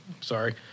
Sorry